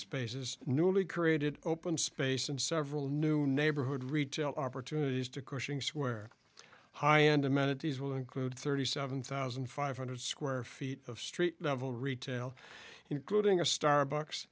spaces newly created open space and several new neighborhood retail opportunities to cushing square high end amenities will include thirty seven thousand five hundred square feet of street level retail including a starbucks